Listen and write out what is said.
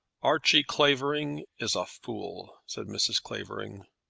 archie clavering is a fool, said mrs. clavering.